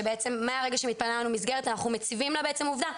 זה שמהרגע שמתפנה לנו מסגרת אנחנו מציבים לה עובדה,